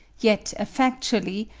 yet effectually,